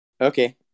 Okay